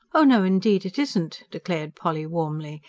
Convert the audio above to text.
oh no, indeed it isn't! declared polly warmly.